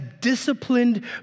disciplined